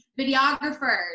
videographers